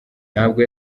ntabwo